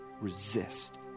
Resist